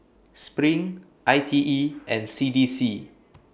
SPRING I T E and C D C